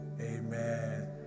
amen